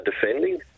defending